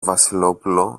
βασιλόπουλο